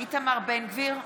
איתמר בן גביר,